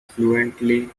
fluently